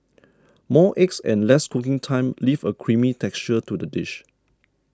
more eggs and less cooking time leave a creamy texture to the dish